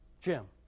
Jim